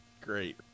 Great